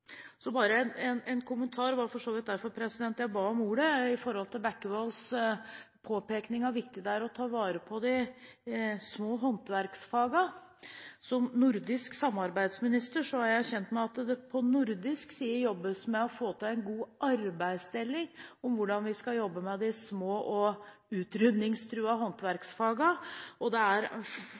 Så bare en kommentar – det var for så vidt derfor jeg ba om ordet – til representanten Bekkevolds påpekning av hvor viktig det er å ta vare på de små håndverksfagene. Som nordisk samarbeidsminister er jeg kjent med at det på nordisk side jobbes med å få til en god arbeidsdeling når det gjelder hvordan vi skal jobbe med de små og utryddingstruede håndverksfagene. Det er